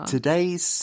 Today's